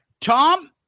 Tom